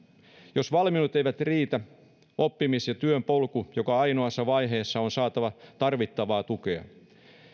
jos valmiudet eivät riitä oppimis ja työpolun joka ainoassa vaiheessa on saatava tarvittavaa tukea